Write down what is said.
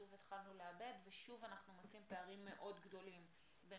שוב התחלנו לעבד ושוב אנחנו מוצאים פערים מאוד גדולים בין